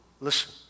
Listen